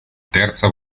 terza